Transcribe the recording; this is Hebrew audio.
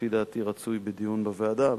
לפי דעתי רצוי בדיון בוועדה,